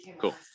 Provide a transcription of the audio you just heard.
Cool